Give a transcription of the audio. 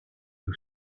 who